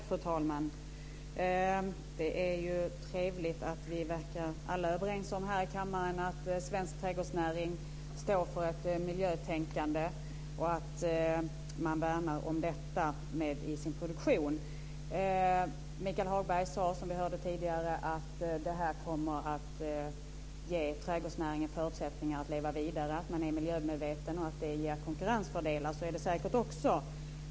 Fru talman! Det är trevligt att vi alla här i kammaren verkar vara överens om att svensk trädgårdsnäring står för ett miljötänkande och att man värnar om detta i sin produktion. Som vi hörde tidigare sade Michael Hagberg att detta kommer att ge trädgårdsnäringen förutsättningar att leva vidare och att det ger konkurrensfördelar att vara miljömedveten. Så är det säkert också.